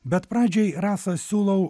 bet pradžiai rasa siūlau